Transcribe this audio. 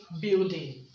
building